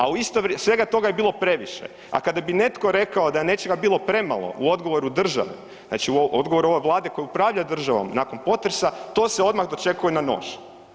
A u isto, svega toga je bilo previše, a kada bi netko rekao da je nečega bilo premalo u odgovoru države, znači odgovoru ove Vlade koja upravlja državom nakon potresa, to se odmah dočekuje na nož.